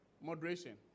moderation